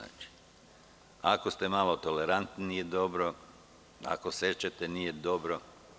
Ako ste malo tolerantni, nije dobro, ako sečete, nije dobro.